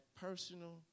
personal